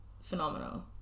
phenomenal